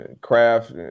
craft